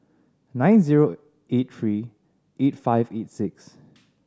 nine zero eight three eight five eight six